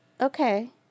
Okay